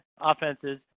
offenses